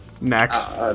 Next